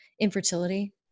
infertility